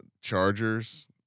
Chargers